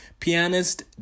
Pianist